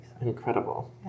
Incredible